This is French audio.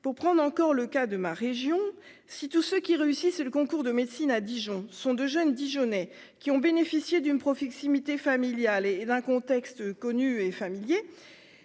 pour prendre encore le cas de ma région, si tous ceux qui réussissent le concours de médecine à Dijon sont de jeunes Dijonnais qui ont bénéficié d'une prof X imiter familial et et d'un contexte connu et familier,